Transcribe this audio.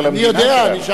אני שאלתי אותך לא סתם.